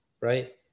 Right